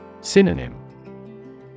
Synonym